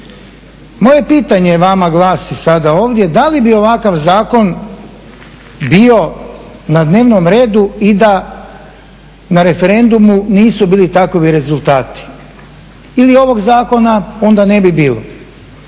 Moje pitanje vama glasi sada ovdje da li bi ovakav zakon bio na dnevnom redu i da na referendumu nisu bili takovi rezultati ili ovog zakona onda ne bi bilo.